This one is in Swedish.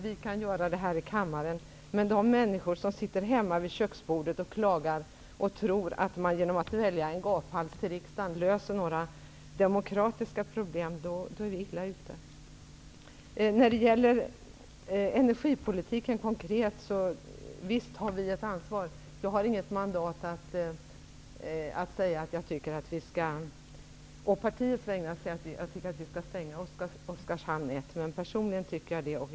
Vi kan göra det här i kammaren, men de som sitter hemma vid köksbordet och tror att de genom att välja en gaphals till riksdagen kan lösa några demokratiska problem är illa ute. När det gäller energipolitiken konkret vill jag säga att vi visst har ett ansvar. Jag har inget mandat att å partiets vägnar säga att Oskarshamn 1 skall stängas, men personligen har jag den uppfattningen.